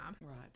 right